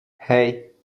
hey